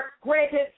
granted